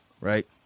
right